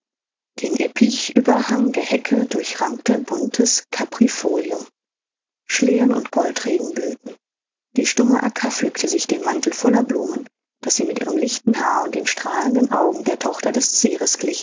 den eppichüberhang der hecken durchrankte buntes caprifolium schlehen und goldregen blühten die stumme acca pflückte sich den mantel voller blumen daß sie mit ihrem lichten haar und den strahlenden augen der tochter der